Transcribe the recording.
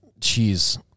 cheese